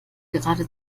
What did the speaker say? gerade